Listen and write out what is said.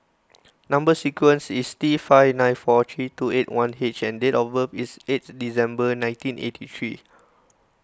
Number Sequence is T five nine four three two eight one H and date of birth is eighth December nineteen eighty three